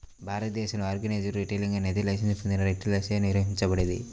భారతదేశంలో organised retailing అనేది licence పొందిన రిటైలర్లచే నిర్వహించబడేది